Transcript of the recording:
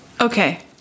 okay